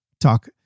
talk